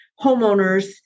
homeowners